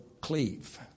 cleave